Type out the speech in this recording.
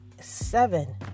seven